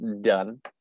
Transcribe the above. done